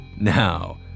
Now